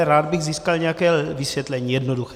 Rád bych získal nějaké vysvětlení, jednoduché.